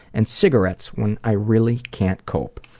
and cigarettes when i really can't cope.